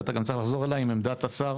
ואתה גם צריך לחזור אליי עם עמדת השר